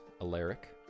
Alaric